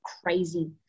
crazy